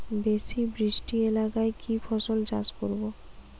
বেশি বৃষ্টি এলাকায় কি ফসল চাষ করব?